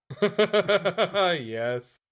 Yes